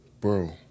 Bro